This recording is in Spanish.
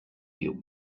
you